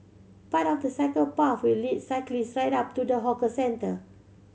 part of the cycle path will lead cyclist right up to the hawker centre